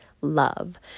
love